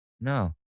no